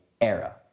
era